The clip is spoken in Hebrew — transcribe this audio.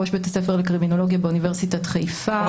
ראש בית הספר לקרימינולוגיה באוניברסיטת חיפה והפקולטה למשפטים.